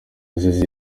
azize